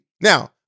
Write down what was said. Now